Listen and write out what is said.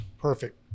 perfect